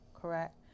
correct